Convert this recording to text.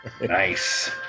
Nice